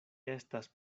estas